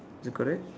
is it correct